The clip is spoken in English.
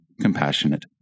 compassionate